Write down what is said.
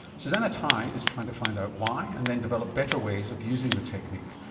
susannah tye is trying to find out why and then develop better ways of using the technique.